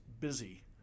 busy